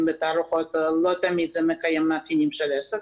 בתערוכות לא תמיד זה מקיים מאפיינים של עסק.